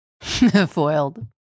foiled